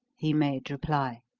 he made reply.